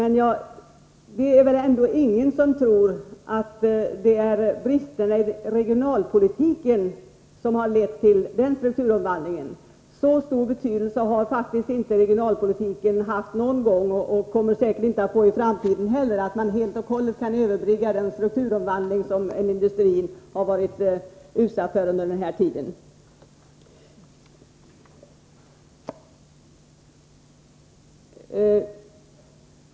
Men det är väl ingen som tror att det är bristerna i regionalpolitiken som har lett till denna strukturomvandling. Så stor betydelse har faktiskt inte regionalpolitiken haft någon gång, och kommer säkerligen inte heller att få det i framtiden, att man därmed helt och hållet skulle kunna överbrygga den strukturomvandling som industrin har varit utsatt för under denna tid.